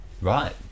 Right